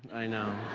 i know.